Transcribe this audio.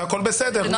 והכול בסדר.